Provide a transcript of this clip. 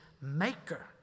maker